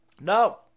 No